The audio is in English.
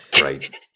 Right